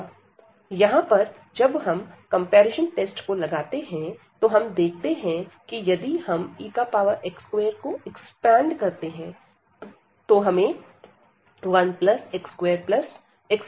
यहां पर जब हम कंपैरिजन टेस्ट को लगाते हैं तो हम देखते हैं कि यदि हम ex2 को एक्सपेंड करते हैं तो हमें1x2x42